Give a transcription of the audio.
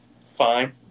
fine